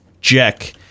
Jack